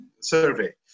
survey